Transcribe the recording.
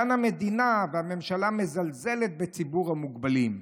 כאן המדינה והממשלה מזלזלת בציבור המוגבלים.